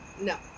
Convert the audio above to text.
No